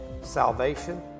salvation